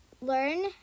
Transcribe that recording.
learn